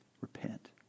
Repent